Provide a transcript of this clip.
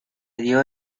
dio